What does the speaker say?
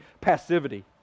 passivity